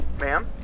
Ma'am